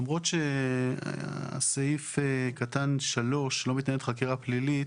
למרות שסעיף קטן (3) - לא מתנהלת חקירה פלילית